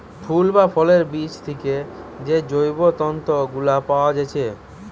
ফুল বা ফলের বীজ থিকে যে জৈব তন্তু গুলা পায়া যাচ্ছে